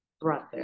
brother